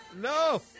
No